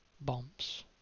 Bombs